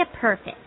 perfect